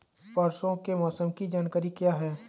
परसों के मौसम की जानकारी क्या है?